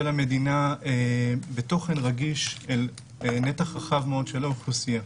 של המדינה בתוכן רגיש אל נתח רחב מאוד של האוכלוסייה.